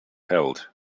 held